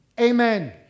Amen